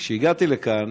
וכשהגעתי לכאן,